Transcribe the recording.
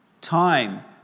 time